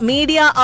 Media